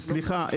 סליחה,